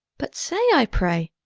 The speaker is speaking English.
but say, i pray,